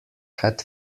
had